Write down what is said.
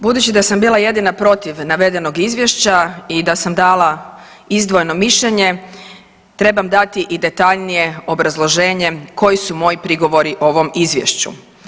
Budući da sam bila jedina protiv navedenog izvješća i da sam dala izdvojeno mišljenje trebam dati i detaljnije obrazloženje koji su moji prigovori ovom izvješću.